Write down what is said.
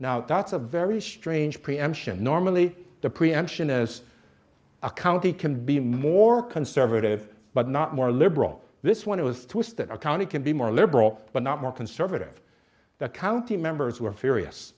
now that's a very strange preemption normally the preemption as a county can be more conservative but not more liberal this one it was twisted a county can be more liberal but not more conservative that county members were furious